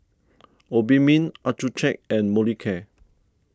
Obimin Accucheck and Molicare